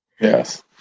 Yes